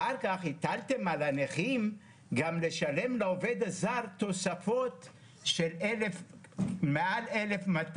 אחר כך הטלתם על הנכים גם לשלם לעובד הזר תוספות של מעל 1,200